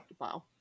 wow